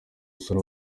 sol